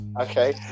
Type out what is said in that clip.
Okay